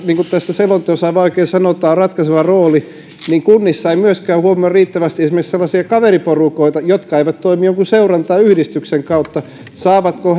niin kuin tässä selonteossa aivan oikein sanotaan kunnilla on ratkaiseva rooli ja kunnissa ei myöskään huomioida riittävästi esimerkiksi sellaisia kaveriporukoita jotka eivät toimi jonkun seuran tai yhdistyksen kautta saavatko